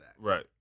Right